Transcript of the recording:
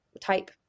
type